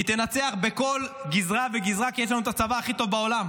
היא תנצח בכל גזרה וגזרה כי יש לנו את הצבא הכי טוב בעולם.